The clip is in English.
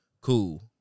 cool